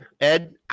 Ed